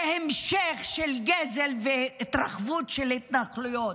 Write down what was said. זה המשך של גזל והתרחבות של התנחלויות.